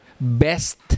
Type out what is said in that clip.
best